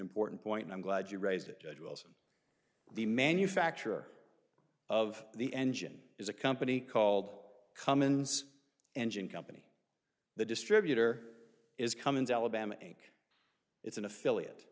important point i'm glad you raised it judge wilson the manufacturer of the engine is a company called cummins engine company the distributor is cummins alabama and it's an affiliate